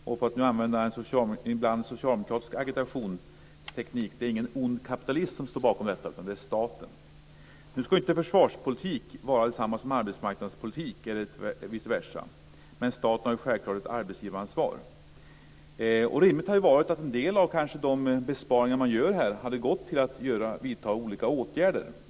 Och, för att använda något som ibland är en socialdemokratisk agitationsteknik, det är ingen ond kapitalist som står bakom, utan det är staten. Nu ska inte försvarspolitik vara detsamma som arbetsmarknadspolitik eller vice versa. Men staten har självklart ett arbetsgivaransvar. Rimligt hade kanske varit att en del av de besparingar man gör hade använts till olika åtgärder.